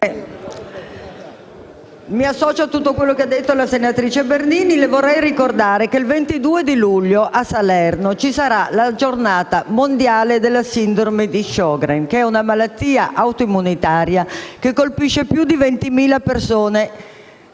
mi associo a tutto ciò che ha detto la senatrice Bernini. Vorrei ricordare che il 22 luglio a Salerno ci sarà la giornata mondiale della sindrome di Sjögren, una malattia autoimmunitaria che colpisce più di 20.000